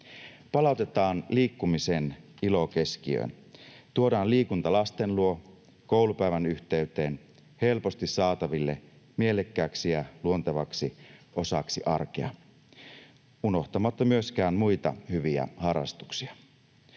Palautetaan liikkumisen ilo keskiöön, tuodaan liikunta lasten luo, koulupäivän yhteyteen, helposti saataville, mielekkääksi ja luontevaksi osaksi arkea, unohtamatta myöskään muita hyviä harrastuksia.